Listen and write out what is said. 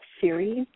series